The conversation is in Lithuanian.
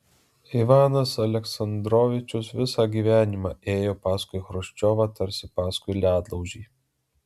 ivanas aleksandrovičius visą gyvenimą ėjo paskui chruščiovą tarsi paskui ledlaužį